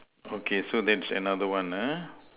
okay so that's another one ah